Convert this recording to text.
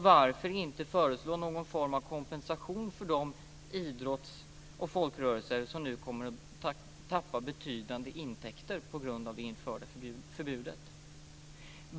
Varför inte föreslå någon form av kompensation för de idrottsoch folkrörelser som nu kommer att tappa betydande intäkter på grund av det införda förbudet?